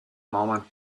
moment